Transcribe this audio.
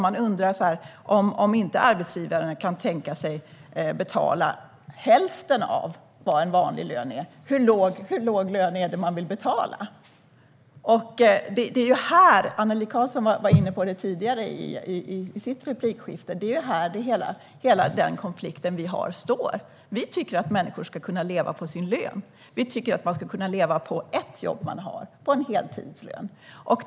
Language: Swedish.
Men om arbetsgivaren inte kan tänka sig att ens betala hälften av en vanlig lön, hur låg lön är det då man vill betala? Annelie Karlsson var inne på detta tidigare i ett replikskifte. Det är ju om detta hela vår konflikt handlar. Vi tycker att människor ska kunna leva på sin lön. Man ska kunna leva på ett jobb, på en heltidslön.